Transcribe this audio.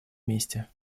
месте